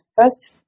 first